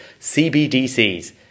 CBDCs